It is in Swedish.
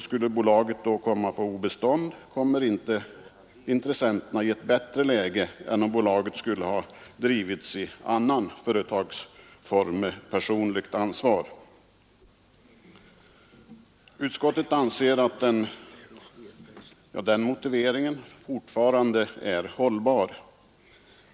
Skulle bolaget då komma på obestånd kommer inte intressenterna i ett bättre läge än om bolaget skulle ha drivits i annan företagsform med personligt ansvar. Utskottet anser att den motiveringen fortfarande är hållbar.